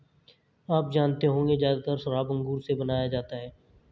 आप जानते होंगे ज़्यादातर शराब अंगूर से बनाया जाता है